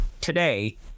today